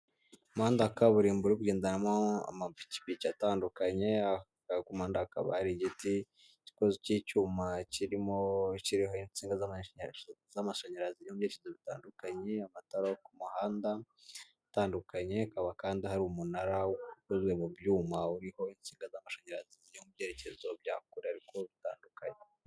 Umuhanda wa kaburembo bugendanamo amapikipiki atandukanye kagumandakaba ari igiti cy'icyuma kirimo kiriho insinga z'amashanyarazi z'amashanyarazi n'byicirozo bitandukanye amatara ku muhanda utandukanye kawa kandi hari umunara wvuye mu byuma uriho iga z'amashanyarazi byo mu byerekezo byakoreko bitandukanye.